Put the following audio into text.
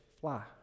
fly